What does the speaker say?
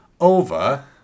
over